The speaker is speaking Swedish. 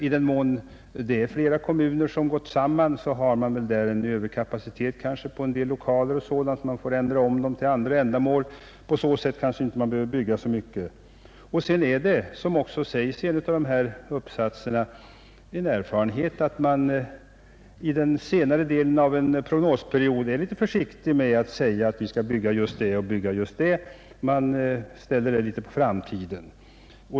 I den mån flera kommuner gått samman kan det finnas en överkapacitet i fråga om vissa Iokaler; möjligen kan de ändras om och användas för andra ändamål, så att man inte behöver bygga så mycket nytt. Vidare är det, som framhålls i en av uppsatserna, en erfarenhet att kommunerna under den senare delen av en prognosperiod är försiktiga med att ange att man skall bygga så och så mycket, utan det ställs på framtiden.